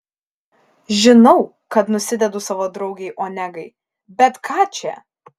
žinau kad nusidedu savo draugei onegai bet ką čia